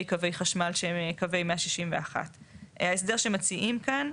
קווי חשמל שהם קווי 161. ההסדר שמציעים כאן,